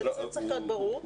זה צריך להיות ברור.